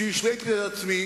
שהשליתי את עצמי